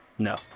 No